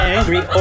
Angry